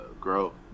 grow